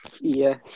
Yes